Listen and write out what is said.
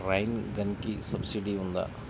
Rain గన్కి subsidy ఉందా?